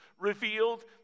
revealed